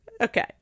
Okay